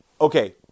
Okay